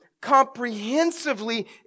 comprehensively